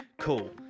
cool